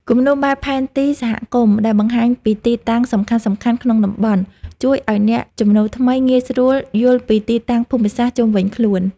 គំនូរបែបផែនទីសហគមន៍ ដែលបង្ហាញពីទីតាំងសំខាន់ៗក្នុងតំបន់ ជួយឱ្យអ្នកចំណូលថ្មីងាយស្រួលយល់ពីទីតាំងភូមិសាស្ត្រជុំវិញខ្លួន។